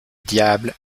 diable